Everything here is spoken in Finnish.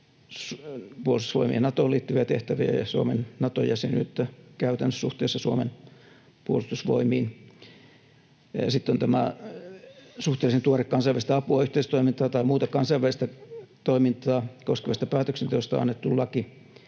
Puolustusvoimien Natoon liittyviä tehtäviä ja Suomen Nato-jäsenyyttä käytännössä suhteessa Suomen puolustusvoimiin. Sitten on tämä suhteellisen tuore kansainvälistä apua, yhteistoimintaa tai muuta kansainvälistä toimintaa koskevasta päätöksenteosta annettu laki